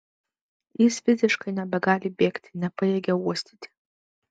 jis fiziškai nebegali bėgti nebepajėgia uostyti